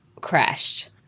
crashed